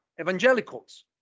evangelicals